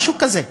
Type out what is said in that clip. משהו כזה.